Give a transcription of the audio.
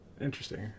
interesting